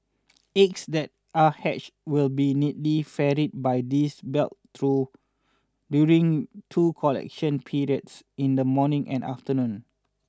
eggs that are hatched will be neatly ferried by these belts two during two collection periods in the morning and afternoon